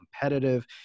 competitive